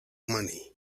money